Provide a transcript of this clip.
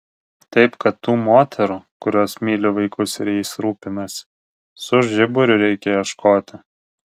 taip kad tų moterų kurios myli vaikus ir jais rūpinasi su žiburiu reikia ieškoti